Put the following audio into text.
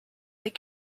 lake